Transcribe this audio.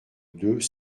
deux